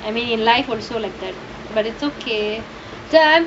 I mean in life also like that but it's okay done